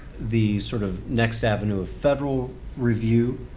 the sort of next avenue of federal review.